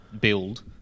build